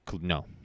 No